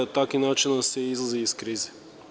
Takvim načinom se izlazi iz krize.